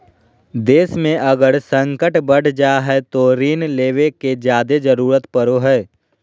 देश मे अगर संकट बढ़ जा हय तो ऋण लेवे के जादे जरूरत पड़ो हय